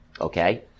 Okay